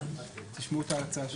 תשמעו את ההצעה שלו.